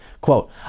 quote